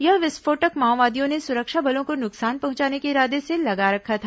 यह विस्फोटक माओवादियों ने सुरक्षा बलों को नुकसान पहुंचाने के इरादे से लगा रखा था